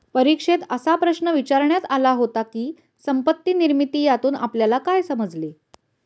परीक्षेत असा प्रश्न विचारण्यात आला होता की, संपत्ती निर्मिती यातून आपल्याला काय समजले?